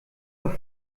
doch